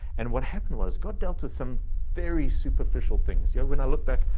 and what happened was good dealt with some very superficial things. yeah, when i look back,